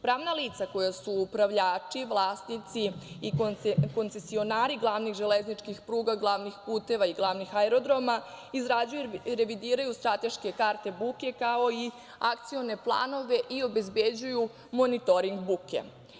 Pravna lica koja su upravljači, vlasnici i koncesionari glavnih železničkih pruga, glavnih puteva i glavnih aerodroma, izrađuju i revidiraju strateške karte buke, kao i akcione planove i obezbeđuju monitoring buke.